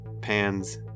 pans